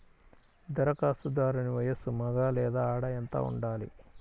ధరఖాస్తుదారుని వయస్సు మగ లేదా ఆడ ఎంత ఉండాలి?